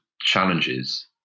challenges